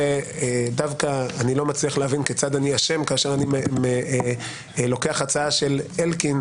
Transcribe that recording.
אני לא מצליח להבין כיצד אני אשם כאשר אני לוקח הצעה של אלקין